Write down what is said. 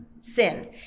sin